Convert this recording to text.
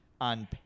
on